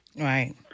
Right